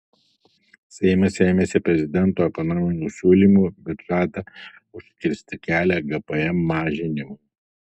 seimas ėmėsi prezidento ekonominių siūlymų bet žada užkirsti kelią gpm mažinimui